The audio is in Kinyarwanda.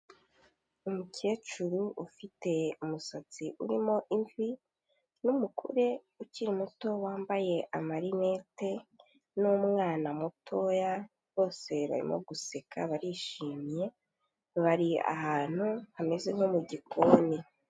Umukecuru ufite umusatsi urimo imvi n'umugore ukiri muto wambaye amarinete n'umwana mutoya, bose barimo guseka barishimye, bari ahantu hameze nko mu gikoni.